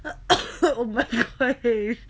oh my god